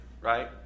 right